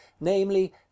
namely